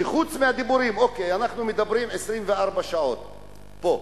חוץ מהדיבורים, אוקיי, אנחנו מדברים 24 שעות פה,